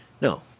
No